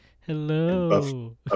Hello